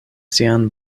sian